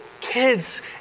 kids